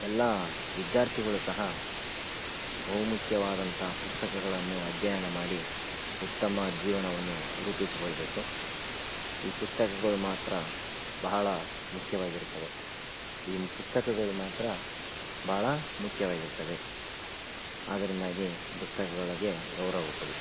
ಎಲ್ಲ ವಿದ್ಯಾರ್ಥಿಗಳು ಸಹ ಬವುಮುಖ್ಯವಾದಂಥ ಪುಸ್ತಕಗಳನ್ನು ಅಧ್ಯಯನ ಮಾಡಿ ಉತ್ತಮ ಜೀವನವನ್ನು ರೂಪಿಸಿಕೊಳ್ಳಬೇಕು ಈ ಪುಸ್ತಕಗಳು ಮಾತ್ರ ಬಹಳ ಮುಖ್ಯವಾಗಿರ್ತವೆ ಈ ಪುಸ್ತಕಗಳು ಮಾತ್ರ ಭಾಳ ಮುಖ್ಯವಾಗಿರ್ತವೆ ಆದ್ದರಿಂದಾಗಿ ಪುಸ್ತಕಗಳಗೆ ಗೌರವ ಕೊಡಿ